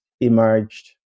emerged